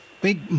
big